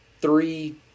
three